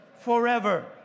forever